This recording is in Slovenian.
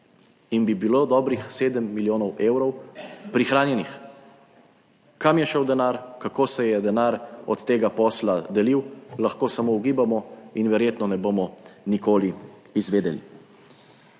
in bi bilo dobrih 7 milijonov evrov prihranjenih. Kam je šel denar? Kako se je denar od tega posla delil, lahko samo ugibamo in verjetno ne bomo nikoli izvedeli.